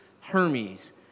Hermes